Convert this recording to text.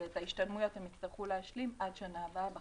ואת ההשתלמויות שהם יצטרכו להשלים עד שנה הבאה בחידוש.